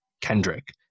Kendrick